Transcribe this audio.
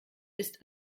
ist